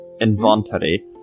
inventory